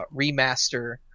remaster